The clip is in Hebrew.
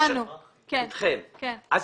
יש